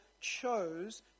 chose